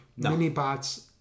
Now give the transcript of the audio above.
Minibots